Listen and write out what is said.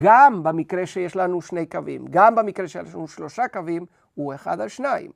‫גם במקרה שיש לנו שני קווים, ‫גם במקרה שיש לנו שלושה קווים, ‫הוא אחד על שניים.